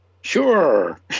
sure